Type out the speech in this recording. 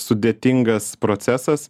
sudėtingas procesas